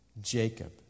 Jacob